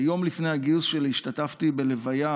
ויום לפני הגיוס שלי השתתפתי בלוויה